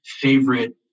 favorite